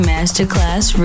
Masterclass